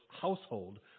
household